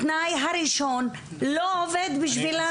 התנאי הראשון לא עובד בשבילן.